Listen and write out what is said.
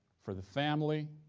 for the family.